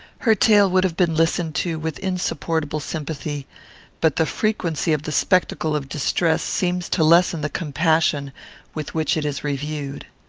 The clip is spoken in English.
her tale would have been listened to with insupportable sympathy but the frequency of the spectacle of distress seems to lessen the compassion with which it is reviewed.